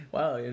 Wow